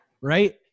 Right